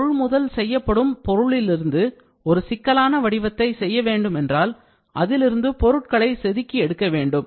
கொள்முதல் செய்யப்படும் பொருளிலிருந்து ஒரு சிக்கலான வடிவத்தை செய்ய வேண்டுமென்றால் அதிலிருந்து பொருட்களை செதுக்கி எடுக்கவேண்டும்